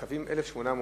הקווים 1-800,